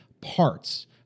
parts